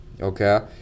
okay